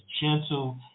gentle